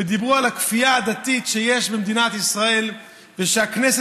ודיברו על הכפייה הדתית שיש במדינת ישראל ושהכנסת